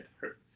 hurt